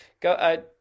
go